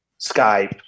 Skype